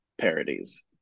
parodies